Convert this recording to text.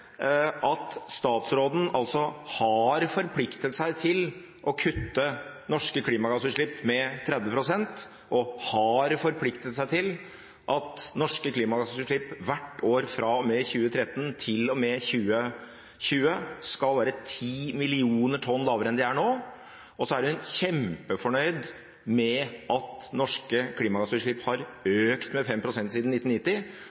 at statsråden altså har forpliktet seg til å kutte norske klimagassutslipp med 30 pst., og har forpliktet seg til at norske klimagassutslipp hvert år fra og med 2013 til og med 2020 skal være 10 millioner tonn lavere enn de er nå. Og så er hun kjempefornøyd med at norske klimagassutslipp har økt med 5 pst. siden 1990